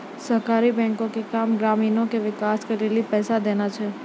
सहकारी बैंको के काम ग्रामीणो के विकास के लेली पैसा देनाय छै